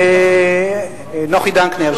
נוחי דנקנר,